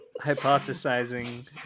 hypothesizing